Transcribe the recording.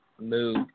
move